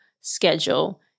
schedule